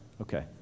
Okay